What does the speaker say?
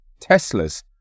Teslas